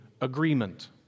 agreement